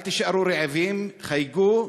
אל תישארו רעבים, חייגו,